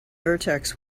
vertex